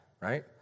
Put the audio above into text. right